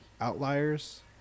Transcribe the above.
outliers